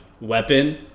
weapon